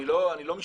אני לא משטרה,